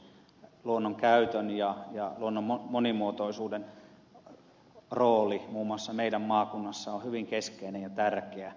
luonnon käytön ja luonnon monimuotoisuuden rooli muun muassa meidän maakunnassamme on hyvin keskeinen ja tärkeä